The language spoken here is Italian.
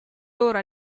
loro